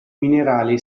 minerale